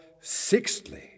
sixthly